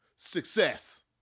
Success